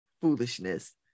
foolishness